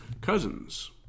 Cousins